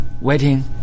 waiting